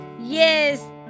yes